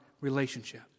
relationship